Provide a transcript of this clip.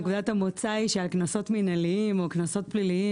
נקודת המוצא היא שעל קנסות מינהליים או קנסות פליליים